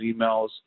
emails